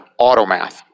automath